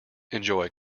enjoy